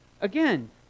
Again